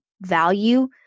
value